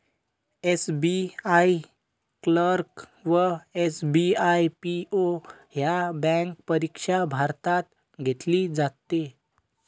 SBI clerk व SBI PO ह्या bank परीक्षा भारतात घेतली जाते